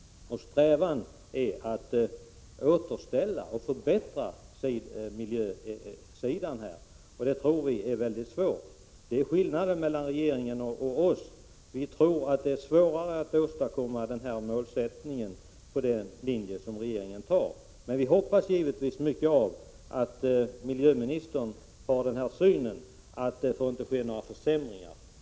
Vår strävan är att återställa och förbättra miljön. Skillnaden mellan regeringen och moderata samlingspartiet är att vi tror att det är svårare att åstadkomma detta med den linje som regeringen driver. Men vi hoppas givetvis att miljöministern delar vår syn att det inte får ske några försämringar.